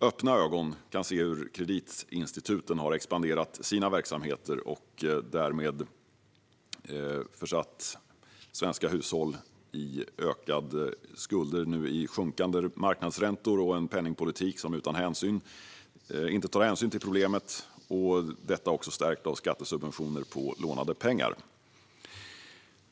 öppna ögon kan se hur kreditinstituten har expanderat sina verksamheter och därmed försatt svenska hushåll i ökad skuld i tider av sjunkande marknadsräntor och en penningpolitik som inte tar hänsyn till problemet. Detta har också stärkts av skattesubventioner på lånade pengar.